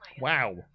Wow